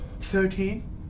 Thirteen